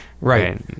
Right